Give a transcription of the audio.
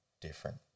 different